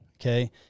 Okay